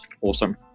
awesome